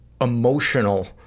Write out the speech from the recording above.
emotional